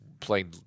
playing